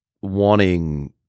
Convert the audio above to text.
wanting